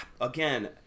again